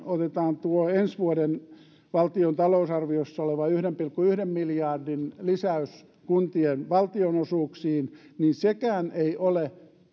otetaan tuo ensi vuoden valtion talousarviossa oleva yhden pilkku yhden miljardin lisäys kuntien valtionosuuksiin niin sekään ei ole